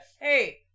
Hey